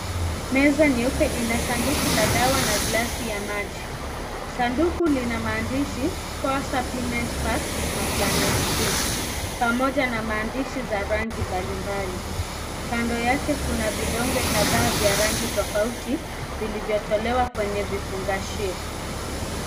Meza nyeupe ina sanduku la dawa na gilasi ya maji. Sanduku lina maandishi Core Supplement Pack na Planet 3 . Pamoja na maandishi za rangi mbalimbali. Kando yake kuna vidonge kadhaa vya rangi tofauti vilivyotolewa kwenye vifungashio.